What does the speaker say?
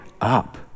up